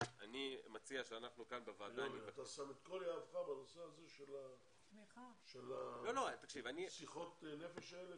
אתה שם את כל יהבך בנושא הזה של שיחות הנפש האלה?